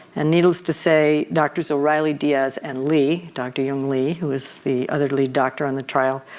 and needless to say doctors o'reilly, diaz and lee, dr. young lee who was the other lead doctor on the trial,